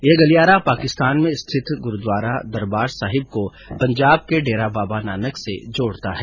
यह गलियारा पाकिस्तान में स्थित गुरूद्वारा दरबार साहिब को पंजाब के डेरा बाबा नानक से जोड़ता है